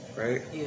Right